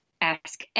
ask